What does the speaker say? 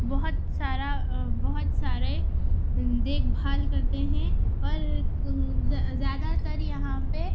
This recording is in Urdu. بہت سارا بہت سارے دیکھ بھال کرتے ہیں اور زیادہ تر یہاں پہ